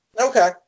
Okay